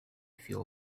feel